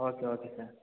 okay okay sir